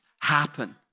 happen